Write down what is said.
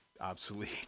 obsolete